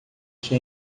que